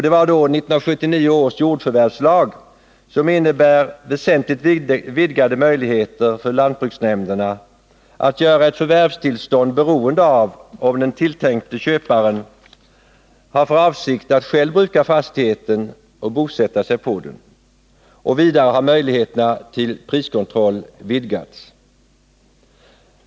1979 års jordförvärvslag innebär väsentligt vidgade möjligheter för lantbruksnämnderna att göra ett förvärvstillstånd beroende av om den tilltänkte köparen har för avsikt att själv bruka fastigheten och bosätta sig på den. Vidare har möjligheterna till priskontroll vidgats.